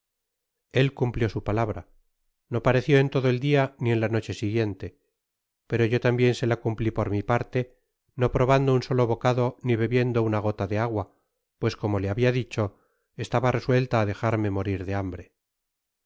ét cumplió su palabra no pareció en todo el ilia ni en la noche siguiente pero yo tambien se la cumpli por mi parte no probando un solo bocado ni bebiendo una gota de agua pues como le habia dicho estaba resuelta á dejarme morir de hambre